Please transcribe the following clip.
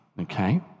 okay